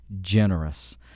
generous